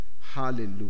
Hallelujah